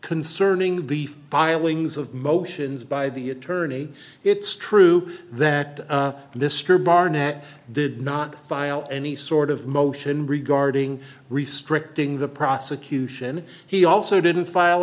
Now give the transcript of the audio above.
concerning the filings of motions by the attorney it's true that mr barnett did not file any sort of motion regarding restricting the prosecution he also didn't file